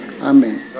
Amen